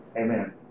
Amen